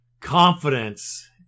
confidence